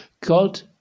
God